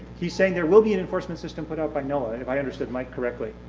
he's saying there will be an enforcement system put out by noaa, if i understood mike correctly,